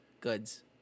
goods